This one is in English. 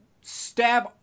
stab